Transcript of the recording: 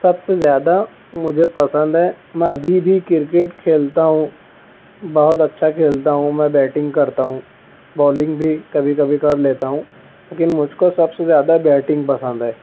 سب سے زیادہ مجھے پسند ہے میں ابھی بھی کرکٹ کھیلتا ہوں بہت اچھا کھیلتا ہوں میں بیٹنگ کرتا ہوں بولنگ بھی کبھی کبھی کر لیتا ہوں لیکن مجھ کو سب سے زیادہ بیٹنگ پسند ہے